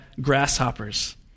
grasshoppers